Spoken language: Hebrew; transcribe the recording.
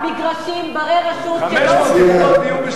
זה פרויקט אישי שלי ואני בא להניח את אבן הפינה עליו גם.